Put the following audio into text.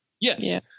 Yes